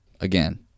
again